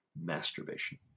masturbation